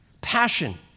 passion